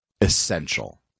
essential